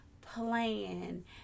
plan